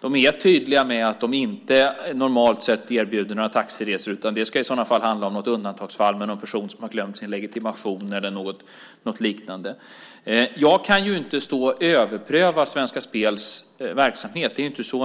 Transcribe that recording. De är tydliga med att de normalt sett inte erbjuder några taxiresor. Det ska i sådana fall handla om något undantag, om en person som har glömt sin legitimation eller något liknande. Jag kan inte överpröva Svenska Spels verksamhet. Det är inte så